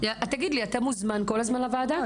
תגיד לי, אתה מוזמן כל הזמן לוועדה?